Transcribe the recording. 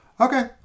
Okay